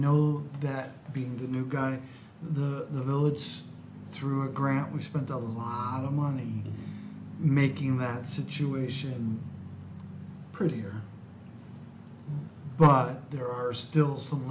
know that being the new gun in the village through grant we spent a lot of money making that situation prettier but there are still some